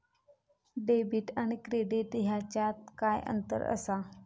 Debit आणि credit ह्याच्यात काय अंतर असा?